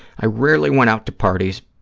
i rarely went out to parties,